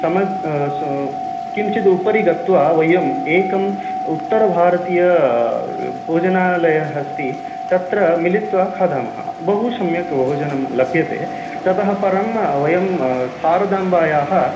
समज् स किञ्चिदुपरि गत्वा वयम् एकम् उत्तरभारतीयः भोजनालयः अस्ति तत्र मिलित्वा खादामः बहु सम्यक् भोजनं लभ्यते ततः परं वयं शारदाम्बायाः